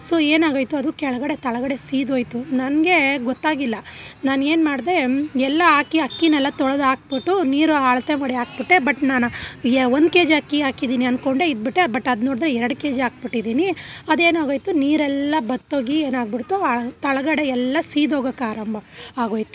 so ಏನಾಗೋಯಿತು ಅದು ಕೆಳಗಡೆ ತಳಗಡೆ ಸೀದೋಯಿತು ನನಗೆ ಗೊತ್ತಾಗಿಲ್ಲ ನಾನು ಏನ್ಮಾಡಿದೆ ಎಲ್ಲ ಹಾಕಿ ಅಕ್ಕಿನ್ನೆಲ್ಲ ತೊಳೆದಾಕ್ಬಿಟ್ಟು ನೀರು ಅಳತೆ ಮಾಡಿ ಹಾಕ್ಬಿಟ್ಟೆ ಬಟ್ ನಾನು ಎ ಒಂದು ಕೆಜಿ ಅಕ್ಕಿ ಹಾಕಿದಿನಿ ಅನ್ಕೊಂಡೆ ಇದ್ಬಿಟ್ಟೆ ಬಟ್ ಅದು ನೋಡಿದ್ರೆ ಎರಡು ಕೆಜಿ ಹಾಕ್ಬಿಟ್ಟಿದಿನಿ ಅದೇನಾಗೋಯಿತು ನೀರೆಲ್ಲ ಬತ್ತೋಗಿ ಏನಾಗಿಬಿಡ್ತು ಆ ತಳಗಡೆ ಎಲ್ಲ ಸೀದೋಗಕ್ಕೆ ಆರಂಭ ಆಗೋಯಿತು